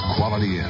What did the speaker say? Quality